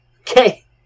Okay